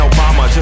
Obama